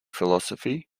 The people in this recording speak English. philosophy